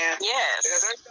Yes